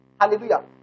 Hallelujah